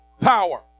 power